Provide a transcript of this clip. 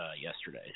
yesterday